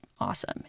awesome